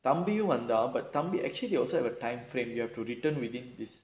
தம்பியும் வந்தான்:thambiyum vanthaan but thambi actually you also have a time frame you have to return within